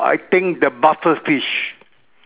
I think the puffer fish